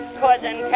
cousin